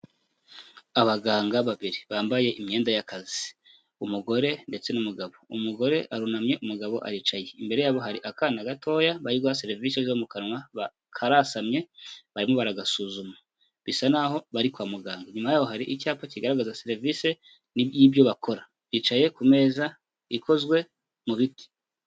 Abaganga babiri bambaye imyenda y'akazi umugore ndetse n'umugabo, umugore arunamye, umugabo aricaye. Imbere yabo hari akana gatoya bari guha serivisi zo mu kanwa, karasamye barimo baragasuzuma, bisa n’aho bari kwa muganga. Inyuma y’aho hari icyapa kigaragaza serivisi y'ibyo bakora, bicaye ku meza ikozwe mu biti.